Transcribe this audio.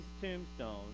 tombstone